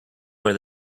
wear